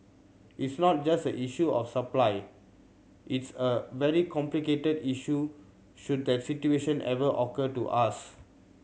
it's not just an issue of supply it's a very complicated issue should that situation ever occur to us